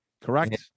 Correct